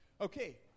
Okay